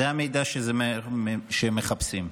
זה המידע שהם מחפשים.